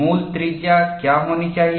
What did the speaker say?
मूल त्रिज्या क्या होनी चाहिए